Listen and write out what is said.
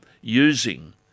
using